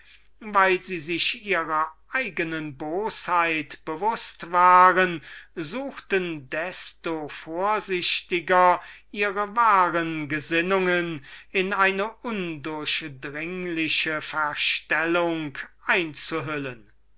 weil sie sich ihrer eigenen bosheit bewußt waren desto vorsichtiger waren ihre wahren gesinnungen in eine undurchdringliche verstellung einzuhüllen